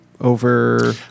over